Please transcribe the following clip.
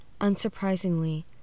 Unsurprisingly